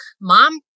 Mom